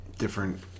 Different